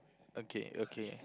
okay okay